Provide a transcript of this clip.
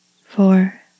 four